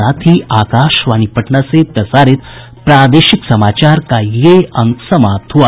इसके साथ ही आकाशवाणी पटना से प्रसारित प्रादेशिक समाचार का ये अंक समाप्त हुआ